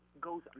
goes